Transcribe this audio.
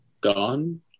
gone